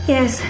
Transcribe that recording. Yes